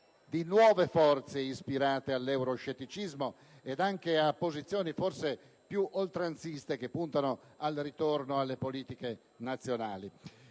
di nuove forze ispirate all'euroscetticismo ed anche a posizioni forse più oltranziste, che puntano al ritorno alle politiche nazionali.